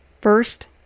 first